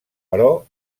però